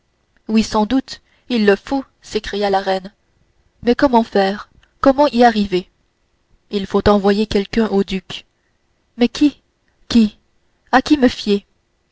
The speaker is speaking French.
oui sans doute il le faut s'écria la reine mais comment faire comment y arriver il faut envoyer quelqu'un au duc mais qui qui à qui me fier